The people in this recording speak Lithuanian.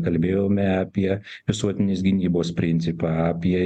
kalbėjome apie visuotinės gynybos principą apie